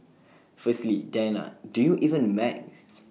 firstly Diana do you even math